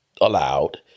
allowed